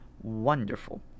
wonderful